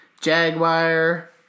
jaguar